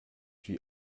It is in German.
die